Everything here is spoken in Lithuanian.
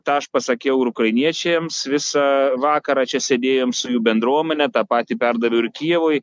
tą aš pasakiau ir ukrainiečiams visą vakarą čia sėdėjom su jų bendruomene tą patį perdaviau ir kijevui